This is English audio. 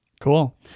Cool